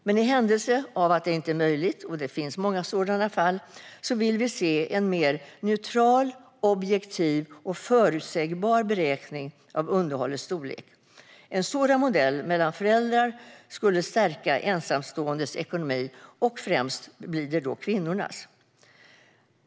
Men i händelse av att det inte är möjligt - och det finns många sådana fall - vill vi se en mer neutral, objektiv och förutsebar beräkning av underhållets storlek. En sådan modell vore lätt att överblicka och skulle stärka ensamståendes ekonomi, främst kvinnornas ekonomi.